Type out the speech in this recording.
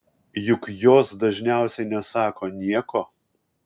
juk jos dažniausiai nesako nieko